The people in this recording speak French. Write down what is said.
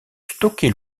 stocker